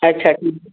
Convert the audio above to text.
अच्छा ठीकु आहे